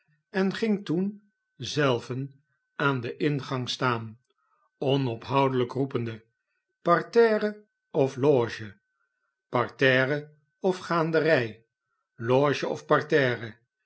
en ging toen zelven aan den ingang staan onophoudelijk roepende parterre of loge parterre of gaanderij loge of